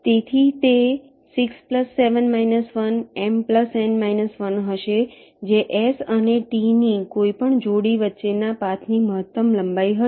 તેથી તે 67−1 M N −1 હશે જે s અને t ની કોઈપણ જોડી વચ્ચેના પાથની મહત્તમ લંબાઈ હશે